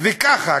(אומר בערבית: המילה "הלוואי" מעולם לא בנתה בית) וככה,